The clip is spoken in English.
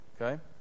okay